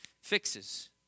Fixes